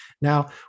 Now